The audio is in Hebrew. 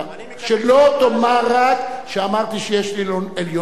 שלא תאמר רק שאמרתי שיש לי עליונות עליך